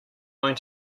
going